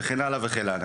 וכן הלאה.